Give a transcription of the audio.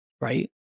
right